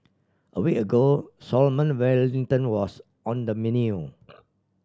a week ago Salmon Wellington was on the menu